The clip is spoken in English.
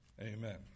Amen